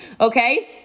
Okay